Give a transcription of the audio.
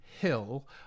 Hill